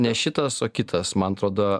ne šitas o kitas man atrodo